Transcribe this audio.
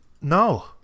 No